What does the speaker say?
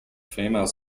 female